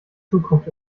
zukunft